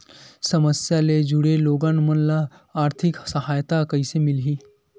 समस्या ले जुड़े लोगन मन ल आर्थिक सहायता कइसे मिलही?